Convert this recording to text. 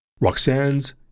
Roxanne's